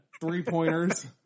Three-pointers